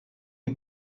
you